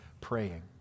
Praying